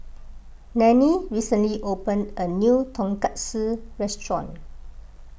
Nannie recently opened a new Tonkatsu restaurant